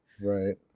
right